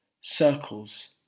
circles